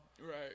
Right